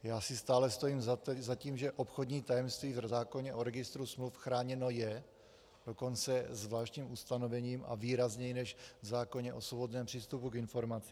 Já si stále stojím za tím, že obchodní tajemství v zákoně o registru smluv chráněno je, dokonce zvláštním ustanovením a výrazněji než v zákoně o svobodném přístupu k informacím.